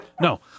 No